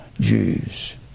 Jews